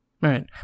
Right